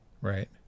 Right